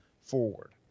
forward